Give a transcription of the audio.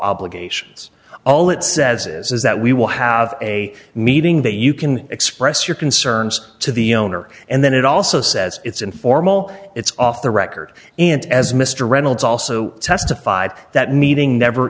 obligations all it says is that we will have a meeting that you can express your concerns to the owner and then it also says it's informal it's off the record and as mr reynolds also testified that meeting never